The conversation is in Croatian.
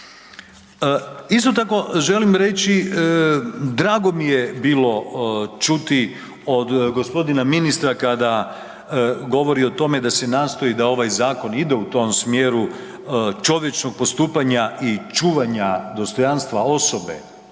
Isto tako želim reći drago mi je bilo čuti od g. ministra kada govori o tome da se nastoji da ovaj zakon ide u tom smjeru čovječnog postupanja i čuvanja dostojanstva osobe,